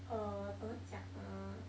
uh 怎么讲 uh